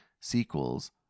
sequels